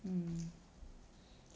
mm